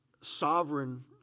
sovereign